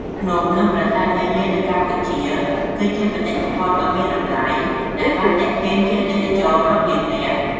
ភ្នំ និងប្រាសាទនានានៅកម្ពុជា គឺជាបេតិកភណ្ឌដ៏មានតម្លៃដែលបានទាក់ទាញភ្ញៀវទេសចររាប់លាននាក់។